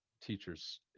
teachers